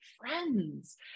friends